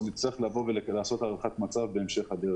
אנחנו נצטרך לבצע הערכת מצב בהמשך הדרך.